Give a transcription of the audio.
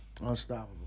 unstoppable